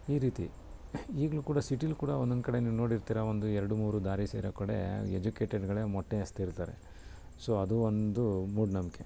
ಈ ರೀತಿ ಈಗ್ಲೂ ಕೂಡ ಸಿಟಿಲಿ ಕೂಡ ಒಂದೊಂದು ಕಡೆ ನೀವು ನೋಡಿರ್ತೀರ ಒಂದು ಎರಡು ಮೂರು ದಾರಿ ಸೇರೋ ಕಡೆ ಎಜುಕೇಟೆಡ್ಗಳೇ ಮೊಟ್ಟೆ ಎಸೆದಿರ್ತಾರೆ ಸೊ ಅದು ಒಂದು ಮೂಢನಂಬಿಕೆ